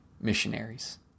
missionaries